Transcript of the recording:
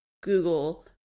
Google